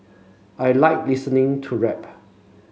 I like listening to rap